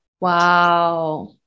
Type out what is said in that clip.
Wow